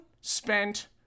spent